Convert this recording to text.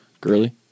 girly